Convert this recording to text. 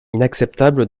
inacceptable